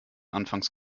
anfangs